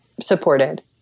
supported